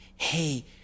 hey